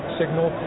signal